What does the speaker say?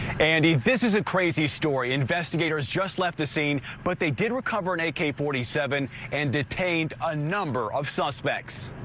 and this is a crazy story. investigators just left the scene but they did recover nikkei forty seven and detained a number of suspects.